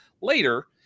later